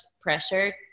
pressure